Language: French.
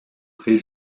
prés